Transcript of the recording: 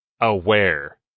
Aware